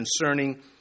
concerning